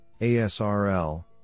ASRL